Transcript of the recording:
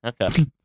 Okay